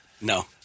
No